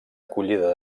acollida